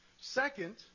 Second